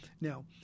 Now